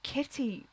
Kitty